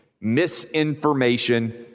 misinformation